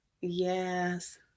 Yes